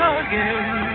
again